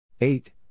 eight